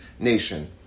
nation